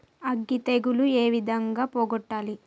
అగ్గి తెగులు ఏ విధంగా పోగొట్టాలి?